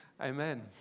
Amen